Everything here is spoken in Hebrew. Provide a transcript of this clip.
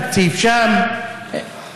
תקציב שם,